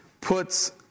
puts